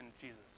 Jesus